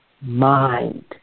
mind